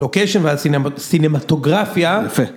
לוקיישן ועל סינמטוגרפיה. יפה.